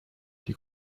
die